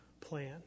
plan